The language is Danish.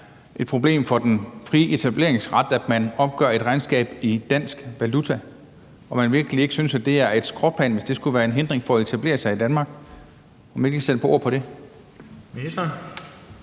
et problem for den frie etableringsret, at man opgør et regnskab i dansk valuta, og om man virkelig ikke synes, det er et skråplan, hvis det skulle være en hindring for at etablere sig i Danmark. Vil ministeren ikke lige sætte et par ord på det?